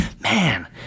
man